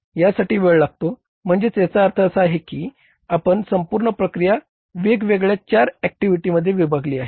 यासाठी वेळ लागतो म्हणजे याचा अर्थ असा आहे की आपण संपूर्ण प्रक्रिया वेगवेगळ्या चार ऍक्टिव्हिटीमध्ये विभागली आहे